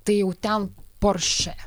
tai jau ten porsche